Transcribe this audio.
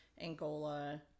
Angola